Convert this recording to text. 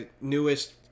newest